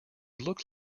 looked